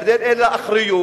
ירדן אין לה אחריות,